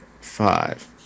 five